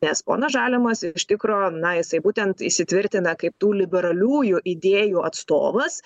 nes ponas žalimas iš tikro na jisai būtent įsitvirtina kaip tų liberaliųjų idėjų atstovas